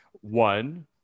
One